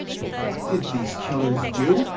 but what did these killers do.